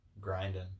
Grinding